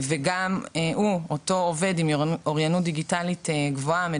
גם לאותו עובד יש אוריינות דיגיטלית גבוהה והוא